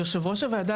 יושב ראש הוועדה,